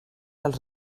als